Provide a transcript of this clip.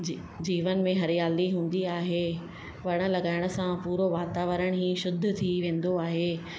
जी जीवन में हरियाली हूंदी आहे वण लॻाइण सां पूरो वातावरण ई शुद्ध थी वेंदो आहे